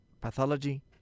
pathology